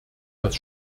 das